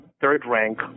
third-rank